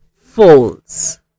false